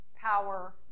power